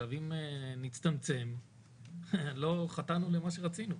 אם נצטמצם חטאנו למה שרצינו.